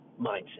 mindset